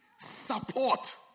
support